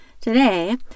Today